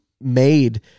made